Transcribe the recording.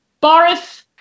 Boris